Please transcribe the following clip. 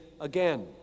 again